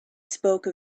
spoke